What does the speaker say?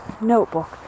notebook